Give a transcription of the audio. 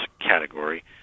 category